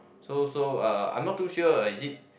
so so uh I'm not too sure is it